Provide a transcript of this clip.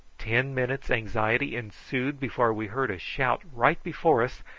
ten minutes' anxiety ensued before we heard a shout right before us,